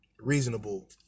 reasonable